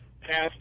past